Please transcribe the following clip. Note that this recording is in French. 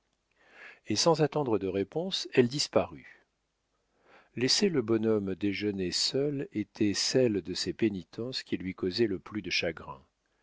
et sans attendre de réponse elle disparut laisser le bonhomme déjeuner seul était celle de ses pénitences qui lui causait le plus de chagrin